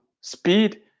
speed